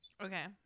Okay